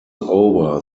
over